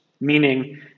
Meaning